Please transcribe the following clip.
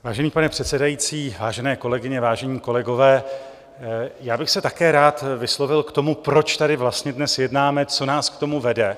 Vážený pane předsedající, vážené kolegyně, vážení kolegové, já bych se také rád vyslovil k tomu, proč tady vlastně dnes jednáme, co nás k tomu vede.